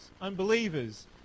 unbelievers